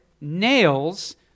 nails